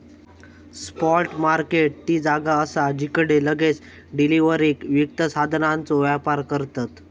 spot market ती जागा असा जिकडे लगेच डिलीवरीक वित्त साधनांचो व्यापार करतत